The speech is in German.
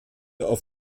auf